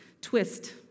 twist